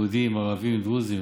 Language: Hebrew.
יהודים, ערבים, דרוזים,